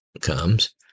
comes